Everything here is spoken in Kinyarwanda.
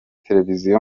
televiziyo